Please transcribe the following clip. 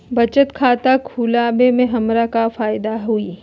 बचत खाता खुला वे में हमरा का फायदा हुई?